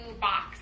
box